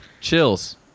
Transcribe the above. Chills